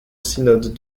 synode